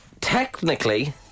Technically